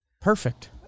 Perfect